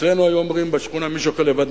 אצלנו היו אומרים בשכונה: מי שאוכל לבד,